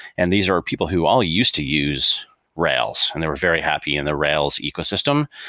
and these are people who all used to use rails and they were very happy in the rails ecosystem.